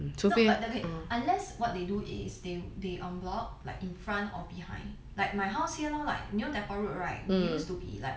hmm no but okay unless what they do is they they en bloc like in front or behind like my house here lor you know depot road right it used to be like